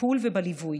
בטיפול ובליווי,